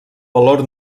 valor